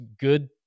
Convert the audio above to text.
good